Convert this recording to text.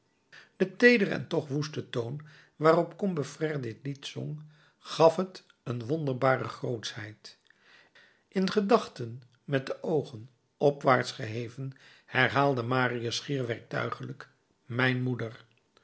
de teedere en toch woeste toon waarop combeferre dit lied zong gaf het een wonderbare grootschheid in gedachten met de oogen opwaarts geheven herhaalde marius schier werktuiglijk mijn moeder